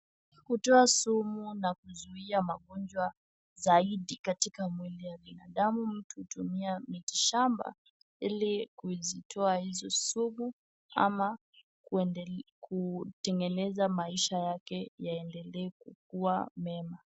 Kutoa sumu na kuzuia magonjwa zaidi katika mwili ya binadamu, mtu hutumika miti shamba ili kuzitoa hizo sumu ama kutengeneza maisha yake yaendelee kuwa mema.